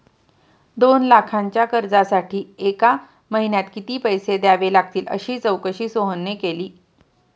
दोन लाखांच्या कर्जासाठी एका महिन्यात किती पैसे द्यावे लागतील अशी चौकशी सोहनने केली